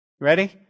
Ready